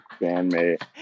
bandmate